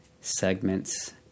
segments